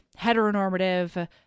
heteronormative